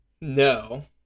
No